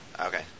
Okay